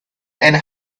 and